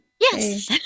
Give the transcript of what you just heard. Yes